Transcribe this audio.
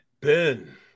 Ben